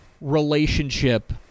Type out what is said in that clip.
relationship